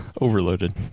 overloaded